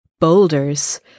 boulders